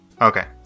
Okay